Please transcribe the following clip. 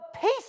peace